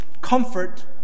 comfort